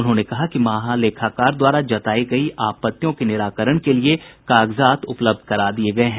उन्होंने कहा कि महालेखाकार द्वारा जतायी गयी आपत्तियों के निराकरण के लिए कागजात उपलब्ध करा दिये गये हैं